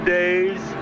days